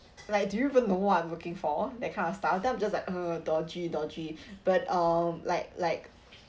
like do you even know what I'm looking for that kind of stuff then I'm just like uh dodgy dodgy but um like like